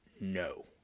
no